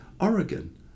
Oregon